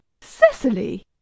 Cecily